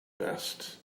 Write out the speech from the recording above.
best